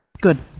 Good